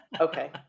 Okay